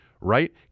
right